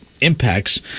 impacts